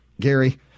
Gary